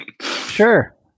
Sure